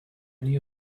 new